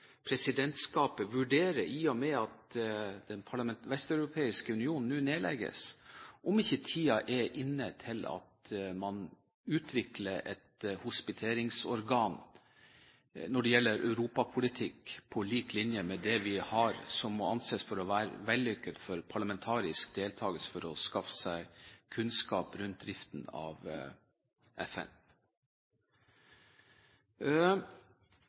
presidentskapet vurdere – i og med at Den vesteuropeiske union nå nedlegges – om ikke tiden er inne for å utvikle et hospiteringsorgan når det gjelder europapolitikk, på linje med det vi har, som må anses for å være vellykket, for parlamentarisk deltakelse for å skaffe seg kunnskap om driften av